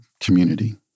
community